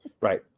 right